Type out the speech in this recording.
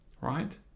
right